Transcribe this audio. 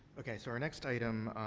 okay. so, our next item,